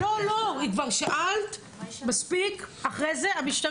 לא, אחרי זה.